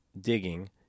digging